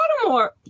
Baltimore